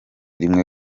rimwe